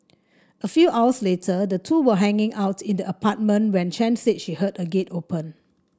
a few hours later the two were hanging out in the apartment when Chen said she heard a gate open